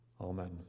Amen